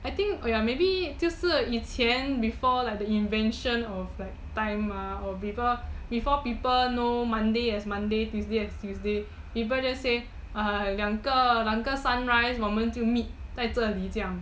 I think ya maybe 就是以前 before like the invention of like time ah or before people know monday as monday tuesday as tuesday people just say uh 两个两个 sunrise 我们就 meet 这样